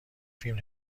فیلم